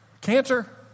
Cancer